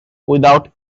without